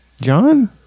John